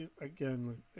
again